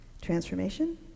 Transformation